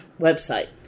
website